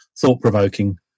thought-provoking